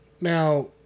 now